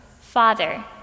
father